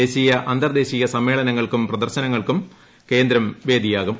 ദേശീയ അന്തർദേശീയ സമ്മേളനങ്ങൾക്കും പ്രദർശനങ്ങൾക്കും കേന്ദ്രം വേദിയാകും